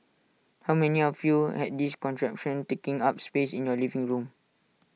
how many of you had this contraption taking up space in your living room